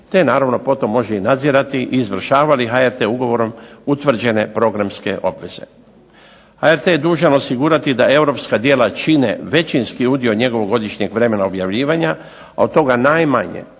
te naravno potom može i nadzirati izvršava li HRT ugovorom utvrđene programske obveze. HRT je dužan osigurati da europska djela čine većinski udio njegovog godišnjeg vremena objavljivanja, a od toga najmanje